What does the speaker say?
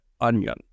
onion